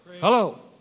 Hello